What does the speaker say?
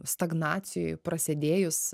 stagnacijoj prasėdėjus